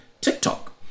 TikTok